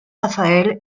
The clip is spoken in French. raphaël